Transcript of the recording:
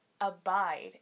abide